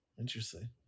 Interesting